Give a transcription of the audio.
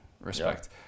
Respect